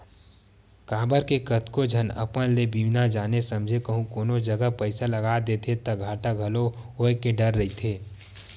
काबर के कतको झन अपन ले बिना जाने समझे कहूँ कोनो जगा पइसा लगा देथे ता घाटा घलो होय के डर रहिथे